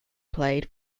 played